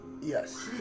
Yes